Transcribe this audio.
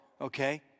okay